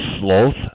sloth